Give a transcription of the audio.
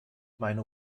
meine